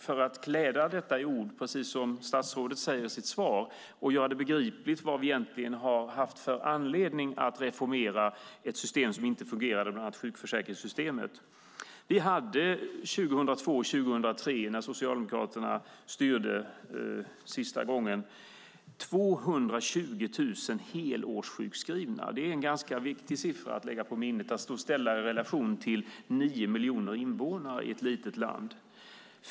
För att klä detta i ord, precis som statsrådet gör i sitt svar, och göra det begripligt vad vi egentligen har haft för anledning att reformera ett system som inte fungerade, bland annat sjukförsäkringssystemet, ska jag säga följande. Vi hade 2002-2003, då Socialdemokraterna senast styrde, 220 000 helårssjukskrivna. Det är en ganska viktig siffra att lägga på minnet och ställa i relation till nio miljoner invånare i ett litet land.